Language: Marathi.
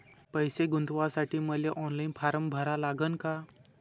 पैसे गुंतवासाठी मले ऑनलाईन फारम भरा लागन का?